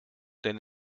denn